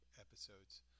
episodes